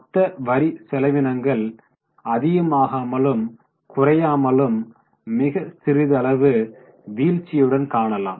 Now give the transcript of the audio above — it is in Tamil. மொத்த வரி செலவினங்கள் அதிகமாகாமலும் குறையாமலும் மிக சிறிதளவு வீழ்ச்சியுடன் காணலாம்